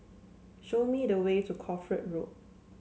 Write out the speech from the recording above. show me the way to Crawford Road